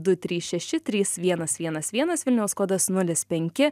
du trys šeši trys vienas vienas vienas vilniaus kodas nulis penki